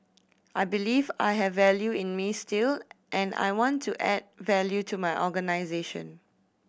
I believe I have value in me still and I want to add value to my organisation